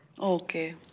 Okay